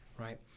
right